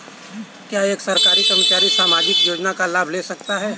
क्या एक सरकारी कर्मचारी सामाजिक योजना का लाभ ले सकता है?